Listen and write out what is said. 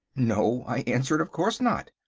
no, i answered, of course not.